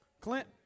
Clint